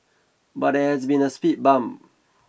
but there has been a speed bump